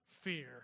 fear